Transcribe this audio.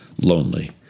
lonely